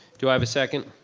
do i have a second?